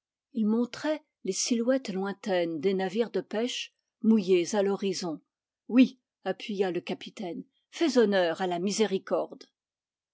il montrait les silhouettes lointaines des navires de pêche mouillés à l'horizon oui appuya le capitaine fais honneur à la miséricorde